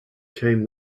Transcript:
came